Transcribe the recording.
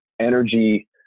energy